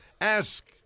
Ask